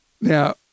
Now